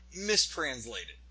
Mistranslated